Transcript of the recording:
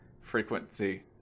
frequency